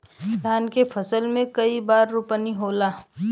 धान के फसल मे कई बार रोपनी होला?